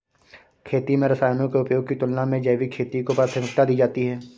खेती में रसायनों के उपयोग की तुलना में जैविक खेती को प्राथमिकता दी जाती है